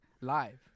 live